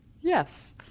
Yes